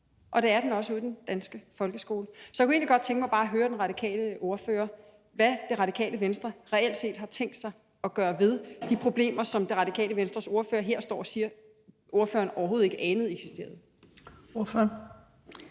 og det er den også ude i den danske folkeskole. Så jeg kunne egentlig bare godt tænke mig at høre den radikale ordfører, hvad Det Radikale Venstre reelt set har tænkt sig at gøre ved de problemer, som Det Radikale Venstres ordfører her står og siger ordføreren overhovedet ikke anede eksisterede.